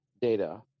data